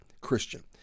Christian